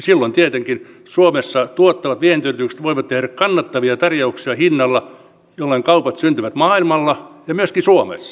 silloin tietenkin suomessa tuottavat vientiyritykset voivat tehdä kannattavia tarjouksia hinnalla jolla kaupat syntyvät maailmalla ja myöskin suomessa